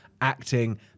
acting